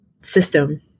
system